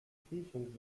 prüfung